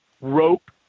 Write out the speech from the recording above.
rope